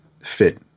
fit